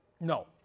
No